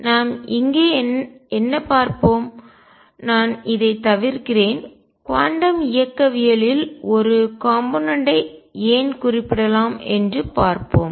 நாம் இங்கே என்ன பார்ப்போம் நான் இதை தவிர்க்கிறேன் குவாண்டம் இயக்கவியலில் ஒரு காம்போனென்ட் ஐ கூறு ஏன் குறிப்பிடலாம் என்று பார்ப்போம்